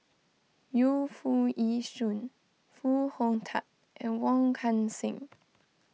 Yu Foo Yee Shoon Foo Hong Tatt and Wong Kan Seng